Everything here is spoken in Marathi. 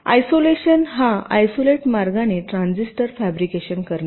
आयसोलेशन हा आयसोलेट मार्गाने ट्रान्झिस्टर फॅब्रिकेशन करणे